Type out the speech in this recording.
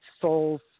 souls